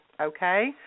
okay